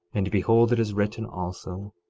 and behold it is written also,